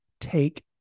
take